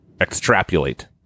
extrapolate